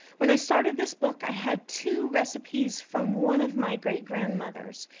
when i started this book i had two recipes from one of my great grandmothers.